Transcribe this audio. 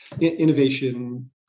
innovation